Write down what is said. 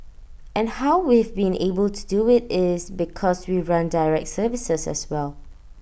and how we've been able to do IT is because we run direct services as well